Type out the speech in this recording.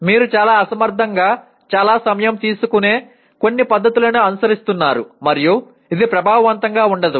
మీరు చాలా అసమర్థంగా చాలా సమయం తీసుకునే కొన్ని పద్ధతులను అనుసరిస్తున్నారు మరియు ఇది ప్రభావవంతంగా ఉండదు